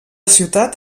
ciutat